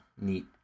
neat